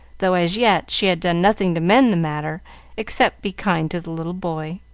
though, as yet, she had done nothing to mend the matter except be kind to the little boy.